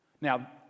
Now